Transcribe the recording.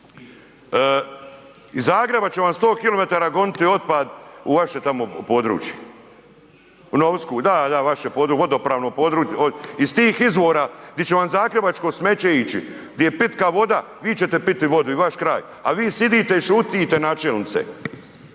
iz Zagreba će vam 100 km goniti otpad u vaše tamo područje. U Novsku, da, da vaše vodopravno područje, iz tih izvora gdje će vam zagrebačko smeće ići gdje je pitka voda vi ćete piti vodu i vaš kraj a vi sjedite i šutite načelnice,